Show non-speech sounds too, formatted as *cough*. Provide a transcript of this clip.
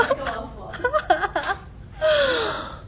*laughs*